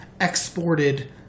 exported